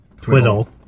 Twiddle